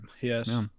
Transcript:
Yes